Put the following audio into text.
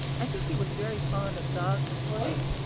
i think he was very fond of dogs and horses,